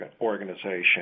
organization